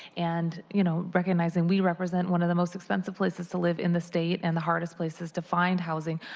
and, you know, recognizing we represent one of the most expensive places to live in the state, and the hardest places to find housing,